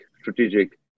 strategic